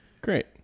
Great